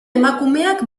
emakumeak